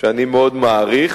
שאני מאוד מעריך.